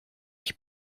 ich